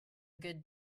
good